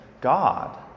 God